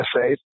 essays